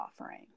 offering